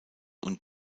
und